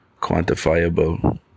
quantifiable